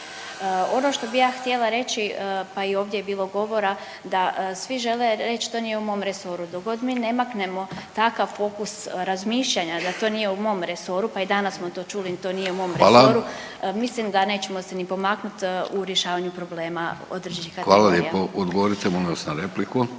Ono što bi ja htjela reći pa i ovdje je bilo govora da svi žele reći to nije u mom resoru, dok god mi ne maknemo takav fokus razmišljanja da to nije u mom resoru, pa i danas smo to čuli to nije u mom resoru …/Upadica: Hvala./… mislim da nećemo se ni pomaknuti u rješavanju problema …/Govornici govore istovremeno ne razumije